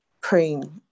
praying